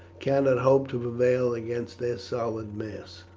cannot hope to prevail against their solid mass.